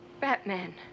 Batman